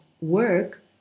work